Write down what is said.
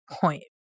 point